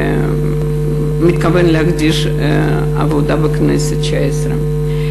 מתכוון להקדיש את העבודה בכנסת התשע-עשרה לנושא העלייה.